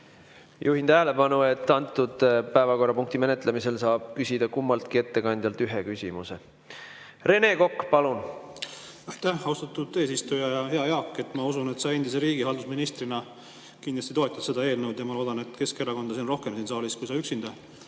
Juhin tähelepanu, et antud päevakorrapunkti menetlemisel saab küsida kummaltki ettekandjalt ühe küsimuse. Rene Kokk, palun! Aitäh, austatud eesistuja! Hea Jaak! Ma usun, et sa endise riigihalduse ministrina kindlasti toetad seda eelnõu, ja ma loodan, et Keskerakonda on siin saalis rohkem kui sina üksinda,